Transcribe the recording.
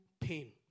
pain